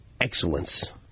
excellence